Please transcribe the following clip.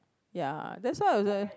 ya that's why I was like